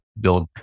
build